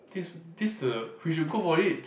this this the we should go for it